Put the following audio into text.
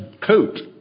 coat